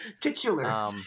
Titular